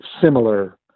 similar